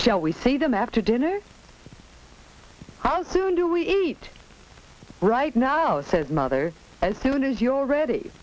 shall we see them after dinner how soon do we eat right now said mother as soon as you're ready